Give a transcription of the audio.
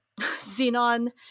xenon